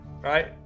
right